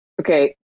Okay